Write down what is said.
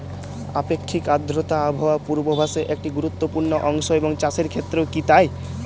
আপেক্ষিক আর্দ্রতা আবহাওয়া পূর্বভাসে একটি গুরুত্বপূর্ণ অংশ এবং চাষের ক্ষেত্রেও কি তাই?